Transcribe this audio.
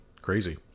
crazy